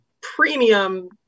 premium